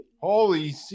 Holy